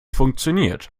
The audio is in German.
funktioniert